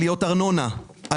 עליות ארנונה,